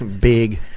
Big